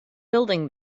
building